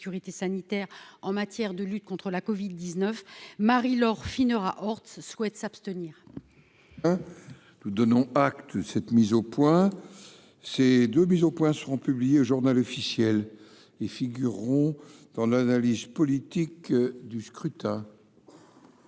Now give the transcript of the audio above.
sanitaire en matière de lutte contre la Covid 19 Marie-Laure Phinera Horth souhaitent s'abstenir. Nous donnons acte cette mise au point ces de mise au point, seront publiés au Journal officiel et figureront dans l'analyse politique du scrutin.